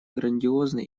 грандиозны